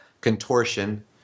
contortion